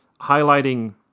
highlighting